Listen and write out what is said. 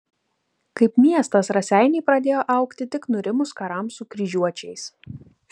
kaip miestas raseiniai pradėjo augti tik nurimus karams su kryžiuočiais